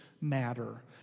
matter